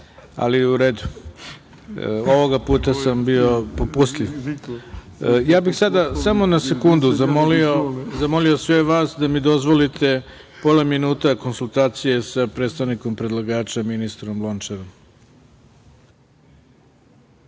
ali u redu, ovog puta sam bio popustljiv. Sada bih samo na sekundu zamolio sve vas da mi dozvolite pola minuta konsultacije sa predstavnikom predlagača ministrom